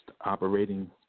operating